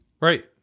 right